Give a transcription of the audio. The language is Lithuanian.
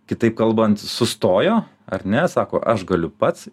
kitaip kalbant sustojo ar ne sako aš galiu pats